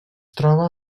troba